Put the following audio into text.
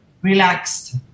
relaxed